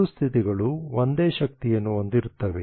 ಎರಡೂ ಸ್ಥಿತಿಗಳು ಒಂದೇ ಶಕ್ತಿಯನ್ನು ಹೊಂದಿರುತ್ತವೆ